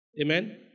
Amen